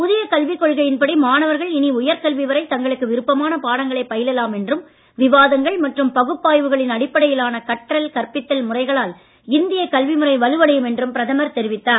புதிய கல்விக் கொள்கையின் படி மாணவர்கள் இனி உயர்கல்வி வரை தங்களுக்கு விருப்பமான பாடங்களை பயிலலாம் என்றும் விவாதங்கள் மற்றும் பகுப்பாய்வுகளின் அடிப்படையிலான கற்றல் கற்பித்தல் முறைகளால் இந்திய கல்வி முறை வலுவடையும் என்றும் பிரதமர் தெரிவித்தார்